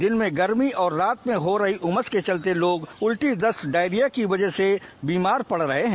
दिन में गर्मी और रात में हो रही उमस के चलते लोग उल्टी दस्त डायरिया की वजह से बीमार पड़ रहे हैं